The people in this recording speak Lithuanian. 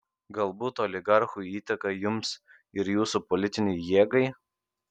galbūt oligarchų įtaką jums ir jūsų politinei jėgai